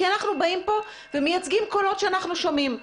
אנחנו באים לכאן ומייצגים קולות שאנחנו שומעים.